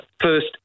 first